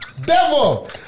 Devil